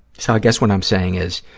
so, i guess what i'm saying is,